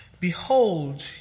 Behold